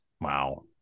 Wow